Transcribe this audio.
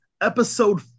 Episode